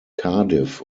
cardiff